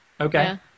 Okay